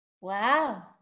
Wow